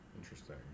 Interesting